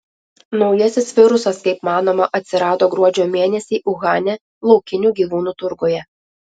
naujasis virusas kaip manoma atsirado gruodžio mėnesį uhane laukinių gyvūnų turguje